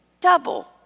Double